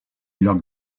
lloc